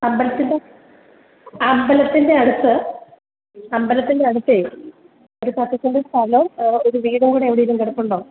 അമ്പലത്തിൻ്റെ അമ്പലത്തിൻ്റെ അടുത്ത് അമ്പലത്തിൻ്റെ അടുത്ത് ഒരു പത്തുസെൻറ്റ് സ്ഥലവും ഒരു വീടുംകൂടെ എവിടേലും കിടപ്പുണ്ടോ